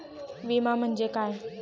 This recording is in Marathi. विमा म्हणजे काय?